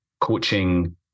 coaching